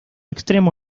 extremo